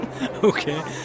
Okay